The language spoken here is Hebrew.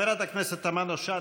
חברת הכנסת תמנו-שטה,